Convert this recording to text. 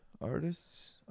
Artists